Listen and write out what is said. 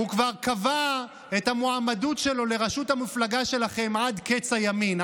הוא כבר קבע את המועמדות שלו לראשות המפלגה שלכם עד קץ הימים,